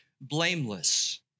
blameless